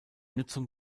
nutzung